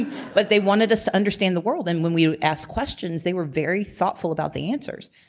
but they wanted us to understand the world. and when we would ask questions they were very thoughtful about the answers,